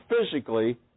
physically